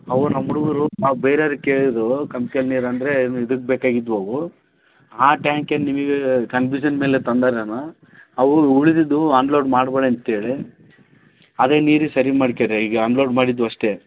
ಅವು ನಮ್ಮ ಹುಡ್ಗರು ಅವು ಬೇರೇರಿಗೆ ಕೇಳಿದ್ರು ಕಮ್ಕೆಲ್ ನೀರಂದರೆ ಇದಕ್ಕೆ ಬೇಕಾಗಿದ್ವು ಅವು ಆ ಟ್ಯಾಂಕೆ ನಿಮಗೆ ಕನ್ಫ್ಯೂಷನ್ ಮೇಲೆ ತಂದಾರೇನೋ ಅವು ಉಳಿದಿದ್ದು ಅನ್ಲೋಡ್ ಮಾಡಬೇಡಿ ಅಂತೇಳಿ ಅದೇ ನೀರು ಸರಿ ಮಾಡ್ಕೊರೀ ಈಗ ಅನ್ಲೋಡ್ ಮಾಡಿದ್ದು ಅಷ್ಟೇ